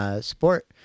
Sport